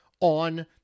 on